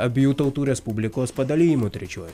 abiejų tautų respublikos padalijimu trečiuoju